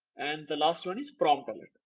and the last one is prompt alert.